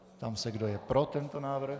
Ptám se, kdo je pro tento návrh.